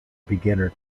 beginner